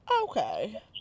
Okay